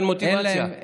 אין מוטיבציה.